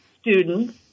students